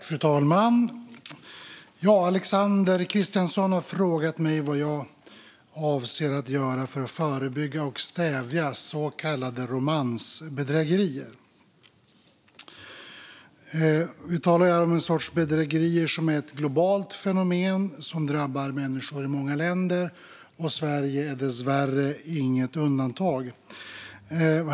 Fru talman! Alexander Christiansson har frågat mig vad jag avser att göra för att förebygga och stävja så kallade romansbedrägerier. Vi talar om en sorts bedrägerier som är ett globalt fenomen och som drabbar människor i många länder. Sverige är dessvärre inget undantag.